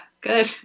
Good